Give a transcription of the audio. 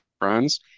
friends